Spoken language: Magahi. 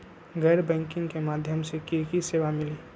गैर बैंकिंग के माध्यम से की की सेवा मिली?